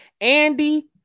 Andy